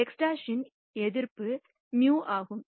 X̅ இன் எதிர்பார்ப்பு μ ஆகும்